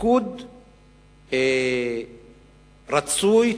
תפקוד ראוי,